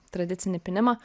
tradicinį pynimą